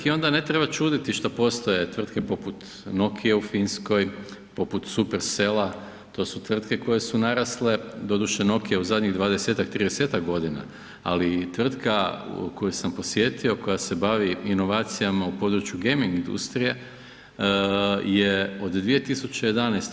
I onda ne treba čudit što postoje tvrtke poput Nokia-e u Finskoj, poput Supersela to su tvrtke koje su narasle, doduše Nokia u zadnjih dvadesetak, tridesetak, ali tvrtka koju sam posjetio koja se bavi inovacijama u području gaming industrije je od 2011.